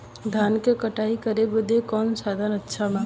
धान क कटाई करे बदे कवन साधन अच्छा बा?